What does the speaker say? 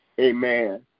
Amen